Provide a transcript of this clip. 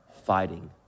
fighting